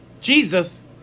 Jesus